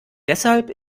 deshalb